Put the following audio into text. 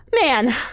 man